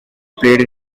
played